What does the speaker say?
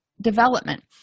development